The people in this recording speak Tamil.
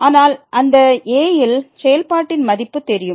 அதனால் நமக்குa ல் செயல்பாட்டின் மதிப்பு தெரியும்